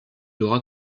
aura